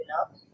up